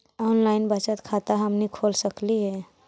Online बचत खाता हमनी खोल सकली हे?